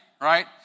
right